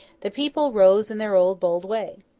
the people rose in their old bold way.